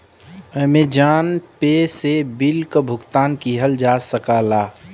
Amazon Pay से bill क भुगतान किहल जा सकला